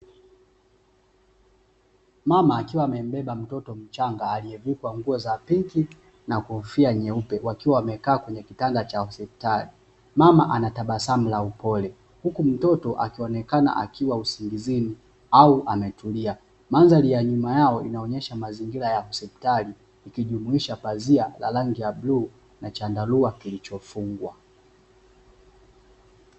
Mama akiwa amembeba mtoto mchanga aliyevikwa nguo za pinki na kofia nyeupe, wakiwa wamekaa kwenye kitanda cha hospitali. Mama ana tabasamu la upole, huku mtoto akionekana akiwa usingizini au ametulia. Mandhari ya nyuma yao inaonyesha mazingira ya kihospitali, yenye pazia la rangi ya bluu na chandarua kilichofungwa.